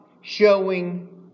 showing